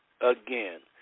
again